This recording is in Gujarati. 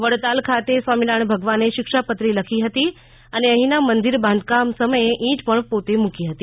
વડતાલ ખાતે સ્વામીનારાયણ ભગવાને શિક્ષાપત્રી લખી હતી અને અહીંના મંદિર બાંધકામ સમયે ઇટ પણ પોતે મૂકી હતી